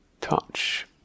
touch